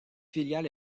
filiale